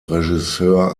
regisseur